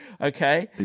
Okay